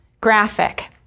graphic